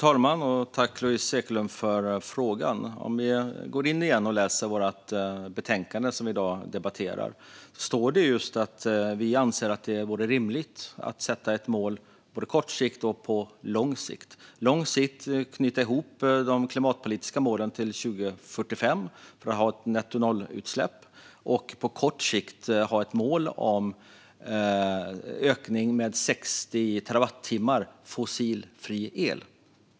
Fru talman! Går man in igen och läser i betänkandet som vi i dag debatterar ser man att det står att vi anser att det vore rimligt att sätta ett mål på både kort sikt och lång sikt. På lång sikt vill vi knyta ihop de klimatpolitiska målen för att ha nettonollutsläpp till 2045, och på kort sikt har vi ett mål om en ökning med 60 terawattimmar fossilfri el.